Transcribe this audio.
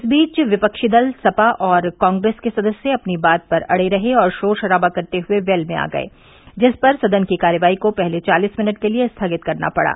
इस बीच विफ्की दल सपा और कांग्रेस के सदस्य अपनी बात पर अड़े रहे और शोर शराबा करते हुए वेल में आ गये जिस पर सदन की कार्यवाही को पहले चालीस मिनट के लिये स्थगित करना पड़ा